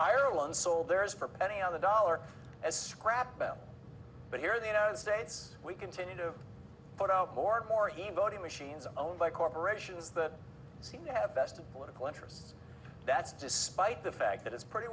ireland sold their is for pennies on the dollar as scrap about but here in the united states we continue to put out more and more even voting machines owned by corporations that seem to have vested political interests that's despite the fact that it's pretty